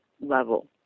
level